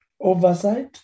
oversight